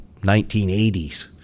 1980s